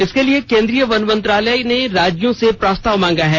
इसके लिए केंद्रीय वन मंत्रालय ने राज्यों से प्रस्ताव मांगा है